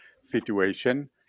situation